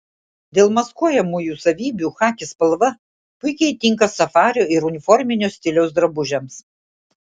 dėl maskuojamųjų savybių chaki spalva puikiai tinka safario ir uniforminio stiliaus drabužiams